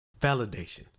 Validation